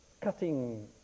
cutting